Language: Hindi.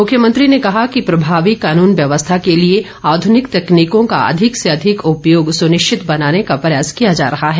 मुख्यमंत्री ने कहा कि प्रभावी कानून व्यवस्था के लिए आधनिक तकनीकों का अधिक से अधिक उपयोग सुनिश्चित बनाने का प्रयास किया जा रहा है